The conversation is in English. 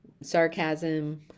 sarcasm